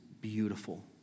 beautiful